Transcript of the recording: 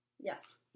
Yes